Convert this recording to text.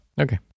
Okay